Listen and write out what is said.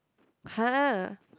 [huh]